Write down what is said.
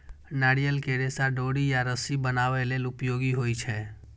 नारियल के रेशा डोरी या रस्सी बनाबै लेल उपयोगी होइ छै